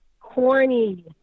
corny